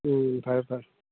ꯎꯝ ꯐꯔꯦ ꯐꯔꯦ